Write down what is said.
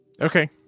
Okay